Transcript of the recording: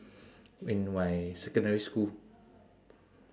in my secondary school